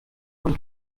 von